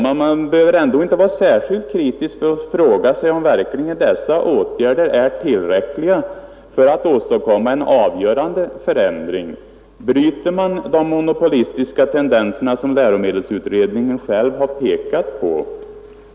Men man behöver inte vara särskilt kritisk för att fråga sig om dessa åtgärder verkligen är tillräckliga för att åstadkomma en avgörande förändring. Bryter man därmed de monopolistiska tendenser som läromedelsutredningen själv har pekat på?